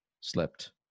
slept